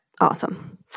Awesome